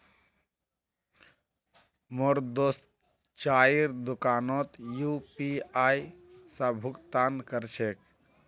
मोर दोस्त चाइर दुकानोत यू.पी.आई स भुक्तान कर छेक